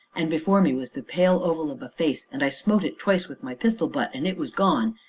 and before me was the pale oval of a face, and i smote it twice with my pistol-butt, and it was gone,